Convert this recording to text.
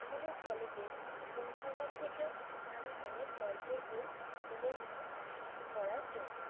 আমাদের কলেজের গ্রন্থাগার থেকেও আমি অনেক গল্পের বই তুলে নিয়ে আসি পড়ার জন্য